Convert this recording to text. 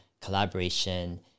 collaboration